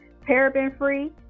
paraben-free